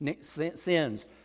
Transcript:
sins